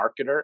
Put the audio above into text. marketer